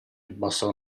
bastò